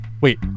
wait